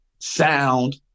sound